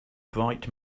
bright